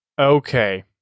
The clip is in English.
Okay